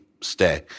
stay